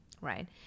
right